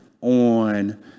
on